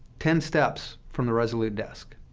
ten steps from the resolute desk,